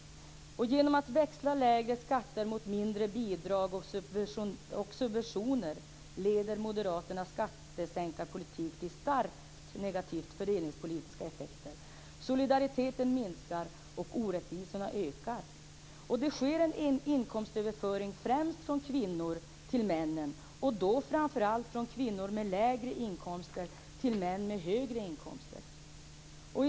Genom att växla lägre skatter mot mindre bidrag och subventioner leder moderaternas skattesänkarpolitik till starkt negativt fördelningspolitiska effekter. Solidariteten minskar och orättvisorna ökar. Det sker en inkomstöverföring från kvinnor till män, framför allt från kvinnor med lägre inkomster till män med högre inkomster.